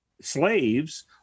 slaves